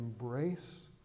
embrace